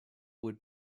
would